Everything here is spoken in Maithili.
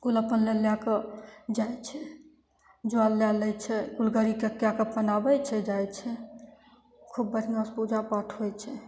कुल अपन लए लएके जाइ छै जल लए लै छै कुल गाड़ी कए कए के अपन आबय छै जाइ छै खूब बढ़िआँसँ पूजा पाठ होइ छै